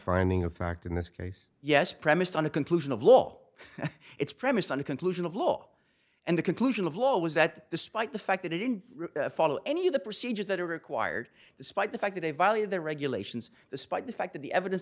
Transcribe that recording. finding of fact in this case yes premised on a conclusion of law it's premised on a conclusion of law and the conclusion of law was that despite the fact that he didn't follow any of the procedures that are required despite the fact that a value the regulations the spike the fact that the evidence